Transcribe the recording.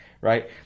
right